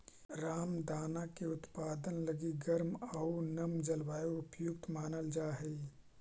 रामदाना के उत्पादन लगी गर्म आउ नम जलवायु उपयुक्त मानल जा हइ